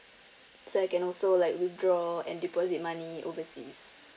so I can also like withdraw and deposit money overseas